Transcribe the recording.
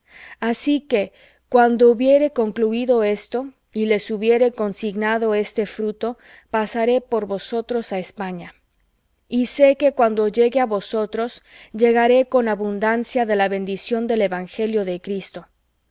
así que cuando hubiere concluído esto y les hubiere consignado este fruto pasaré por vosotros á españa y sé que cuando llegue á vosotros llegaré con abundancia de la bendición del evangelio de cristo